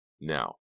Now